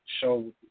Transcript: show